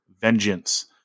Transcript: Vengeance